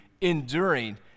enduring